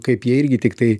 kaip jie irgi tiktai